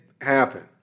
happen